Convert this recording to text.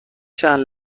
چند